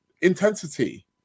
intensity